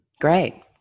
Great